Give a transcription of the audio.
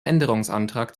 änderungsantrag